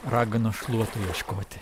raganos šluotų ieškoti